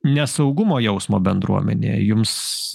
nesaugumo jausmo bendruomenėje jums